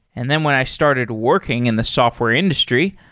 and then when i started working in the software industry,